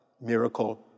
miracle